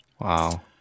Wow